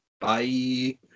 Bye